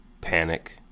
panic